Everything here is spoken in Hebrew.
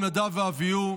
נדב ואביהוא,